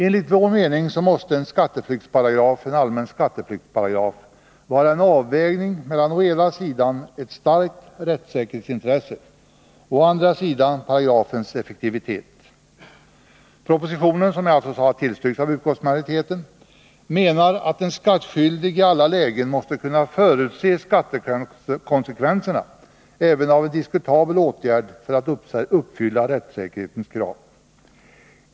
Enligt vår uppfattning måste en allmän skatteflyktsparagraf vara en avvägning mellan å ena sidan ett starkt rättssäkerhetsintresse och å andra sidan paragrafens effektivitet. Enligt propositionen, som alltså har tillstyrkts av utskottsmajoriteten, menar man att en skattskyldig i alla lägen måste kunna förutse skattekonsekvenserna även av en diskutabel åtgärd för att uppfylla rättssäkerhetens krav.